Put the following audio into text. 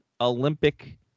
Olympic